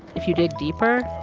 if you dig deeper,